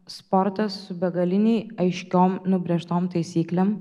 sportas su begaliniai aiškiom nubrėžtom taisyklėm